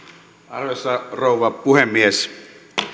arvoisa rouva puhemies